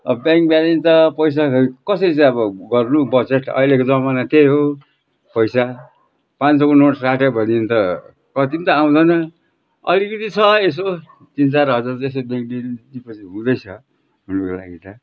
अब bank balance त पैसा खै कसरी चाहिँ अब गर्नु बचत अहिलेको जमाना त्यही हो पैसा पाँच सौको नोट साट्यो भने नि त कति पनि त आउँदैन अलिकति छ यसो तिन चार हजारदेखि दुई दिन डिपोजिट हुँदैछ हाम्रो लागि त